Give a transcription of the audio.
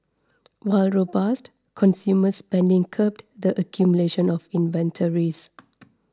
while robust consumer spending curbed the accumulation of inventories